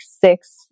six